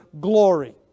glory